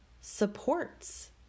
supports